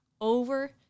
over